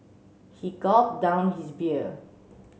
he gulped down his beer